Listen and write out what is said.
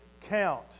count